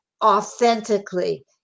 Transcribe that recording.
authentically